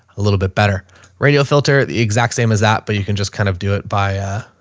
a little bit better radio filter, the exact same as that, but you can just kind of do it by a